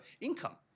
income